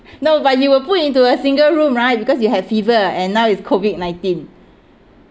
no but you will put into a single room right because you have fever and now it's COVID nineteen